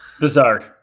Bizarre